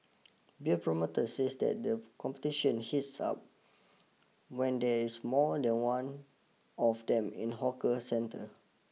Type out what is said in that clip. beer promoters says that the competition hits up when there is more than one of them in the hawker centre